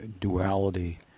duality